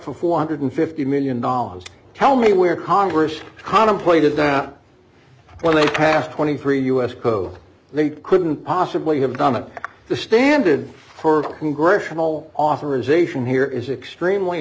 for four hundred and fifty million dollars tell me where congress contemplated that out when they passed twenty three dollars us code they couldn't possibly have done that the standard for congressional authorization here is extremely